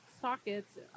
sockets